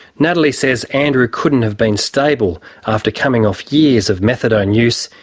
natalie says andrew couldn't have been stable, after coming off years of methadone use,